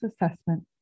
assessment